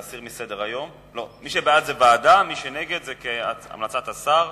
בעד ועדה, ומי שנגד, כהמלצת השר,